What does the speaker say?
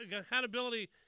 accountability